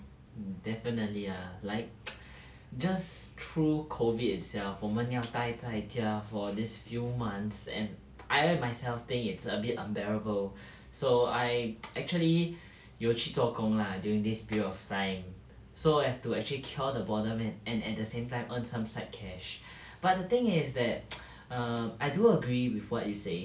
mm definitely ya like just through COVID itself 我们要待在家 for these few months and I myself think it's a bit unbearable so I actually 有去做工 lah during this period of time so as to actually cure the boredom and and at the same time earn some side cash but the thing is that err I do agree with what you say